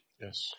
Yes